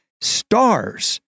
stars